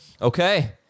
Okay